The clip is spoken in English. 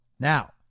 Now